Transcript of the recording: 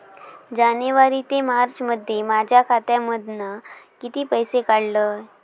जानेवारी ते मार्चमध्ये माझ्या खात्यामधना किती पैसे काढलय?